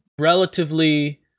relatively